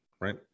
right